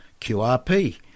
QRP